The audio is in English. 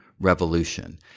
revolution